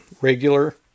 regular